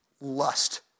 Lust